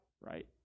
Right